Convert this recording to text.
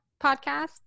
Podcast